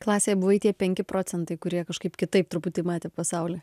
klasėje buvai tie penki procentai kurie kažkaip kitaip truputį matė pasaulį